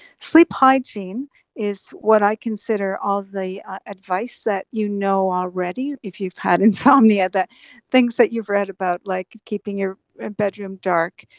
sleep hygiene is what i consider all the advice that you know already if you've had insomnia, things that you've read about, like keeping your bedroom dark,